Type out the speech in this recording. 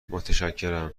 متشکرم